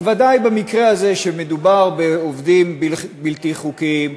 ודאי שבמקרה הזה, כשמדובר בעובדים בלתי חוקיים,